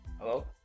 Hello